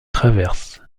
traverse